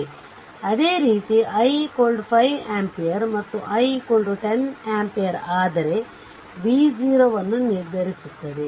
ಆದ್ದರಿಂದ ಅದೇ ರೀತಿ i 5 ampere ಮತ್ತು i10 ampere ಆದರೆ v0 ಅನ್ನು ನಿರ್ಧರಿಸುತ್ತದೆ